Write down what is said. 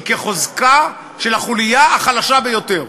היא כחוזקה של החוליה החלשה ביותר.